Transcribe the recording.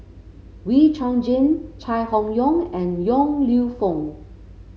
Wee Chong Jin Chai Hon Yoong and Yong Lew Foong